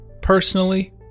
personally